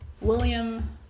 William